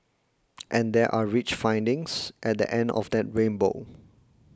and there are rich findings at the end of that rainbow